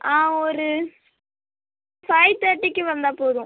ஆ ஒரு ஃபைவ் தேர்ட்டிக்கு வந்தால் போதும்